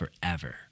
forever